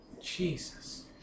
Jesus